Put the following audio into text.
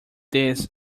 this